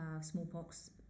smallpox